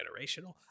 generational